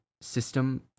system